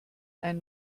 ein